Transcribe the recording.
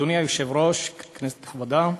אדוני היושב-ראש, כנסת נכבדה,